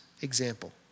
example